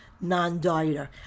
non-dieter